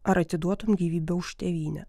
ar atiduotum gyvybę už tėvynę